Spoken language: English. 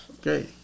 Okay